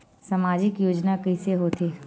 सामजिक योजना कइसे होथे?